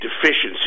deficiency